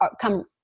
come